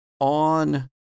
on